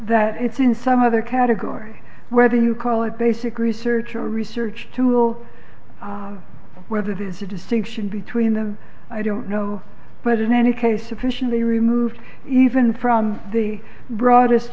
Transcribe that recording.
that it's in some other category whether you call it basic research or research tool whether there's a distinction between the i don't know but in any case officially removed even from the broadest